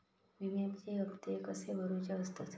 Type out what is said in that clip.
विम्याचे हप्ते कसे भरुचे असतत?